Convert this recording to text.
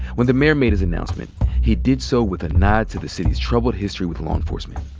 when the mayor made his announcement he did so with a nod to the city's troubled history with law enforcement.